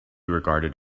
regarded